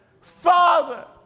Father